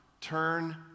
turn